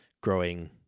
growing